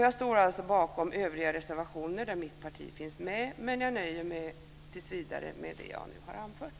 Jag står alltså bakom övriga reservationer där mitt parti finns med, men jag nöjer mig tills vidare med det jag nu har anfört.